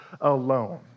alone